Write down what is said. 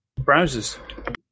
Browsers